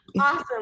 Awesome